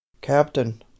Captain